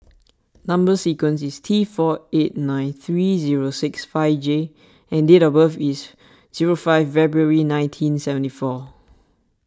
Number Sequence is T four eight nine three zero six five J and date of birth is zero five February nineteen seventy four